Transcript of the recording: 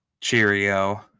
cheerio